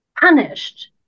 punished